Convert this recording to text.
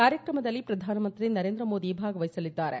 ಕಾರ್ಯಕ್ರಮದಲ್ಲಿ ಪ್ರಧಾನಮಂತ್ರಿ ನರೇಂದ್ರ ಮೋದಿ ಭಾಗವಹಿಸಲಿದ್ದಾರೆ